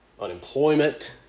unemployment